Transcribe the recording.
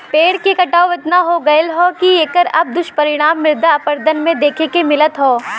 पेड़ के कटाव एतना हो गयल हौ की एकर अब दुष्परिणाम मृदा अपरदन में देखे के मिलत हौ